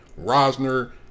Rosner